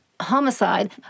Homicide